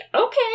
okay